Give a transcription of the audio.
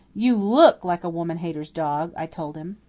you look like a woman hater's dog, i told him.